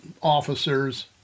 officers